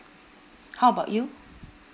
how about you